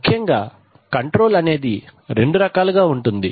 ముఖ్యంగా కంట్రోల్ అనేది రెండు రకాలుగా ఉంటుంది